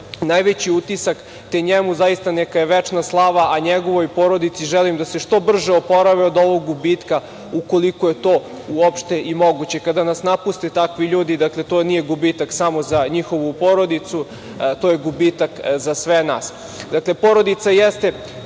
najveći utisak, te njemu neka je večna slava, a njegovoj porodici želim da se što brže oporave od ovog gubitka, ukoliko je to uopšte i moguće. Kada nas napuste takvi ljudi, to nije gubitak samo za njihovu porodicu, to je gubitak za sve nas. Dakle, porodica jeste